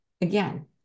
again